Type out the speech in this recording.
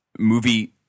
movie